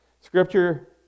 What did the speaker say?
Scripture